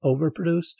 overproduced